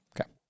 Okay